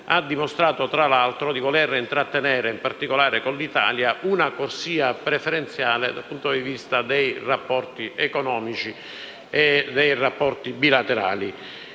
e democrazia e di voler intrattenere, in particolare con l'Italia, una corsia preferenziale dal punto di vista dei rapporti economici e dei rapporti bilaterali.